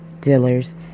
Dealer's